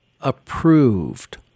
approved